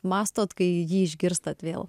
mąstot kai jį išgirstat vėl